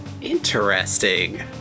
Interesting